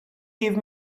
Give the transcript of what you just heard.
give